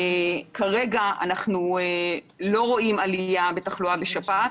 כרגע אנחנו לא רואים עלייה בתחלואה בשפעת,